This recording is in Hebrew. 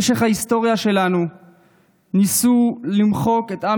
במשך ההיסטוריה שלנו ניסו למחוק את עם